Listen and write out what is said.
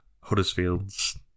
Huddersfield's